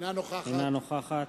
אינה נוכחת